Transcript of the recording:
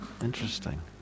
Interesting